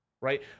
right